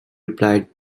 replied